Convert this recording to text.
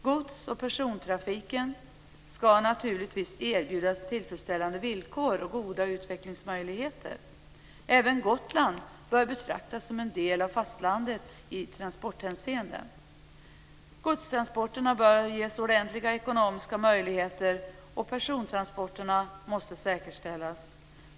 Gods och persontrafiken ska naturligtvis erbjudas tillfredsställande villkor och goda utvecklingsmöjligheter. Gotland bör betraktas som en del av fastlandet i transporthänseende. Godstransporterna bör ges ordentliga ekonomiska möjligheter, och persontransporterna måste säkerställas.